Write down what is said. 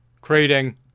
creating